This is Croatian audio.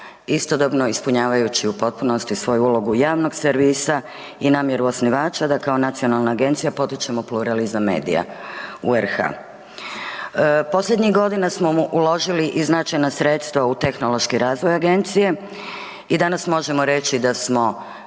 istodobno ispunjavajući u potpunosti svoju ulogu javnog servisa i namjeru osnivača da kao nacionalna agencija potičemo pluralizam medija u RH. Posljednjih godina smo uložili i značajna sredstva u tehnološki razvoj agencije, i danas možemo reći da smo